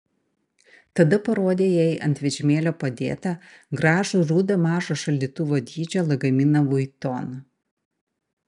tada parodė jai ant vežimėlio padėtą gražų rudą mažo šaldytuvo dydžio lagaminą vuitton